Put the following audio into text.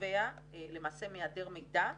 נובע למעשה מהיעדר מידע,